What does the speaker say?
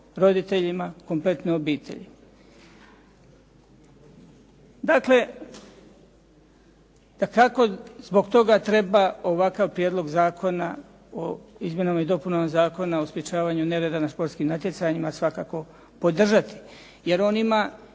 roditeljima, kompletne obitelji. Dakle, dakako zbog toga treba ovakav prijedlog Zakona o Izmjenama i dopunama Zakona o sprječavanju nereda na školskim natjecanjima svakako podržati. Jer on ima